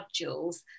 modules